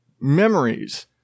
memories